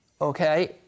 Okay